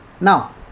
now